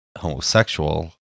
homosexual